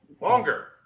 longer